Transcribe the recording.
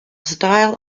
style